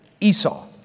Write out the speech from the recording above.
Esau